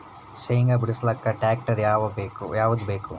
ಶೇಂಗಾ ಬಿಡಸಲಕ್ಕ ಟ್ಟ್ರ್ಯಾಕ್ಟರ್ ಯಾವದ ಬೇಕು?